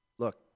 Look